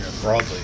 broadly